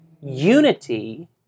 unity